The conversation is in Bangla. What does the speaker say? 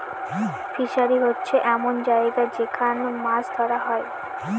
ফিসারী হচ্ছে এমন জায়গা যেখান মাছ ধরা হয়